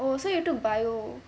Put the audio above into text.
oh so you took biology